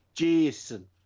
Jason